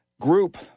group